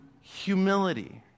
Humility